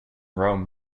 rome